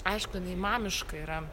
aišku jinai mamiška yra